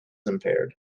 impaired